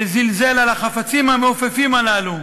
שזלזל ב"חפצים המעופפים" הללו,